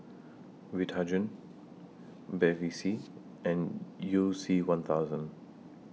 Vitagen Bevy C and YOU C one thousand